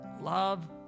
love